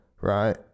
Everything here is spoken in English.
right